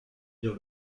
dire